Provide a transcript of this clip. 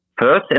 first